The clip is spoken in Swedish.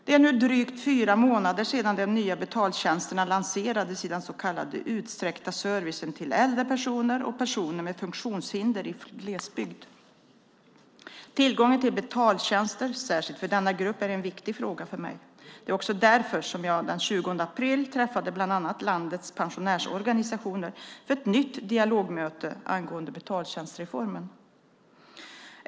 Det är nu drygt fyra månader sedan de nya betaltjänsterna lanserades i den så kallade utsträckta servicen till äldre personer och personer med funktionsnedsättning i glesbygd. Tillgången till betaltjänster, särskilt för denna grupp, är en viktig fråga för mig. Det var också därför som jag den 20 april träffade bland annat landets pensionärsorganisationer för ett nytt dialogmöte angående betaltjänstreformen.